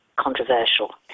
controversial